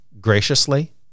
graciously